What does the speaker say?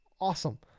awesome